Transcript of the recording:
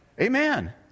Amen